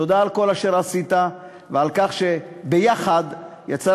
תודה על כל אשר עשית ועל כך שביחד יצאה